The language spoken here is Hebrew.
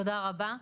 תודה רבה.